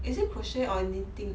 is it crochet or knitting